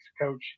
coach